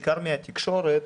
בעיקר מהתקשורת,